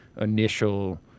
initial